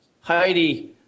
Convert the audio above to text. Heidi